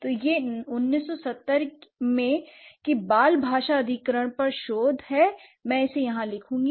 तो यह 1970 में कि बाल भाषा अधिग्रहण पर शोध मैं इसे यहां लिखूंगा